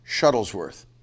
Shuttlesworth